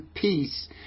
peace